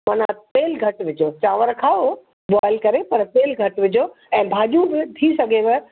माना तेलु घटि विझो चांवर खाओ बॉइल करे पर तेलु घटि विझो ऐं भाॼियूं थी सघेव